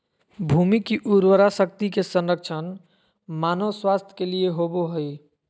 भूमि की उर्वरा शक्ति के संरक्षण मानव स्वास्थ्य के लिए होबो हइ